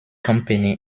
company